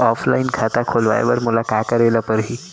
Offline खाता खोलवाय बर मोला का करे ल परही?